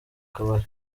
kabari